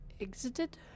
Exited